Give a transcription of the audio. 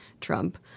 Trump